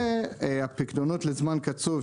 והפיקדונות לזמן קצוב,